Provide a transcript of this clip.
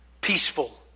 Peaceful